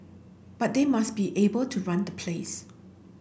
but they must be able to run the place